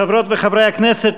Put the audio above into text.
חברות וחברי הכנסת,